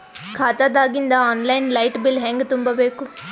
ಖಾತಾದಾಗಿಂದ online light bill ಹೇಂಗ ತುಂಬಾ ಬೇಕು?